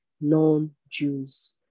non-Jews